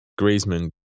Griezmann